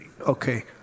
okay